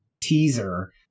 teaser